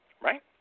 Right